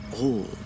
old